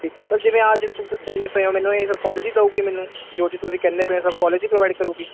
ਠੀਕ ਹੈ ਸਰ ਜਿਵੇਂ ਆ ਜਿਹੜੀ ਕਹਿੰਦੇ ਪਏ ਹੋ ਮੈਨੂੰ ਇਹ ਫਿਰ ਕੌਲੇਜ ਹੀ ਦੇਵੇਗੀ ਮੈਨੂੰ ਜੋ ਜੀ ਤੁਸੀਂ ਕਹਿੰਦੇ ਪਏ ਕੌਲੇਜ ਹੀ ਪ੍ਰੋਵਾਈਡ ਕਰੇਗੀ